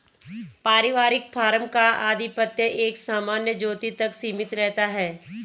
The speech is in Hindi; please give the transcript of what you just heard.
पारिवारिक फार्म का आधिपत्य एक सामान्य ज्योति तक सीमित रहता है